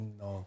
no